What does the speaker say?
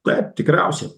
taip tikriausiai